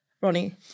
Ronnie